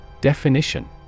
Definition